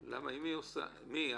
מי?